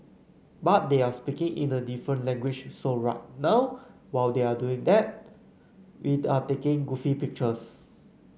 but they're speaking in a different language so right now while they're doing that we're taking goofy pictures